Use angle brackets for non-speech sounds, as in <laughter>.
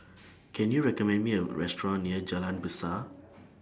<noise> Can YOU recommend Me A Restaurant near Jalan Besar